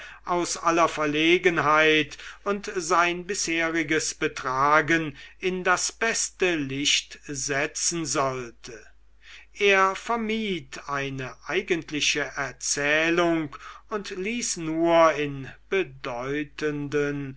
aus aller verlegenheit und sein bisheriges betragen in das beste licht setzen sollte er vermied eine eigentliche erzählung und ließ nur in bedeutenden